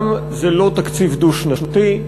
גם זה לא תקציב דו-שנתי,